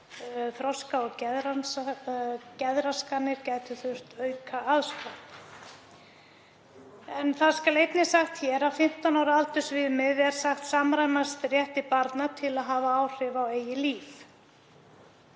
þroska- og geðraskanir gætu þurft aukaaðstoð. Það skal einnig sagt hér að 15 ára aldursviðmið er sagt samræmast rétti barna til að hafa áhrif á eigið líf.